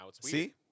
See